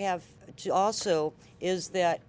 have also is that